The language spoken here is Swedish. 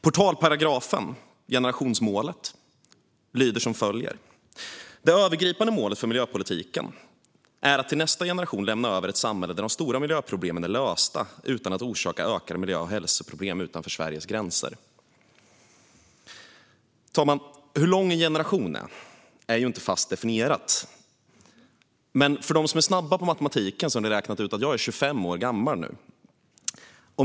Portalparagrafen, generationsmålet, lyder som följer: Det övergripande målet för miljöpolitiken är att till nästa generation lämna över ett samhälle där de stora miljöproblemen är lösta utan att orsaka ökade miljö och hälsoproblem utanför Sveriges gränser. Hur lång en generation är, det är ju inte fast definierat. Men de som är snabba på matematik har räknat ut att jag är 25 år gammal nu.